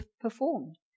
performed